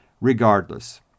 Regardless